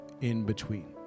in-between